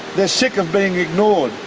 they're sick of being ignored,